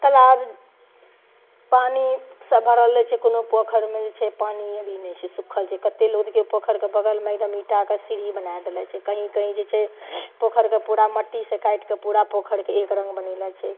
तलाब पानि शसँ भरल रहै छै कोनो पोखरिमे जे छै पानि अभी नहि छै सुखल छै कते लोकके पोखरिके बगलमे एकदम इँटाके सीढ़ी बना देने छै कहीं कहीं जे छै पोखरिके पूरा मट्टी से काटिके पूरा पोखरिके एक रङ्ग बनेने छै